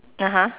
(uh huh)